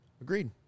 Agreed